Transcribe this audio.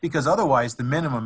because otherwise the minimum